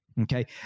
Okay